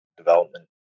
development